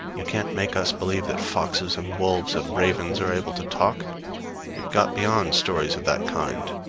you can't make us believe that foxes and wolves and ravens are able to talk we've got beyond stories of that kind!